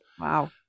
Wow